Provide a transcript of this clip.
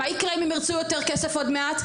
מה יקרה אם הם ירצו יותר כסף עוד מעט?